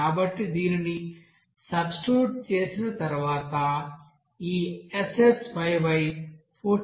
కాబట్టి దీనిని సబ్స్టిట్యూట్ చేసిన తర్వాత ఈ SSyy 14